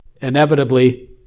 inevitably